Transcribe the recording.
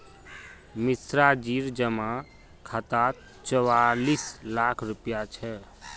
मिश्राजीर जमा खातात चौवालिस लाख रुपया छ